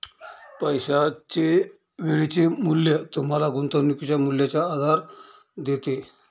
पैशाचे वेळेचे मूल्य तुम्हाला गुंतवणुकीच्या मूल्याचा आधार देते